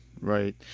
Right